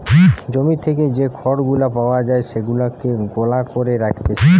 জমি থেকে যে খড় গুলা পাওয়া যায় সেগুলাকে গলা করে রাখতিছে